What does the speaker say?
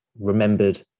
remembered